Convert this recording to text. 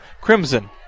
crimson